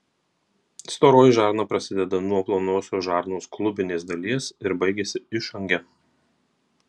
storoji žarna prasideda nuo plonosios žarnos klubinės dalies ir baigiasi išange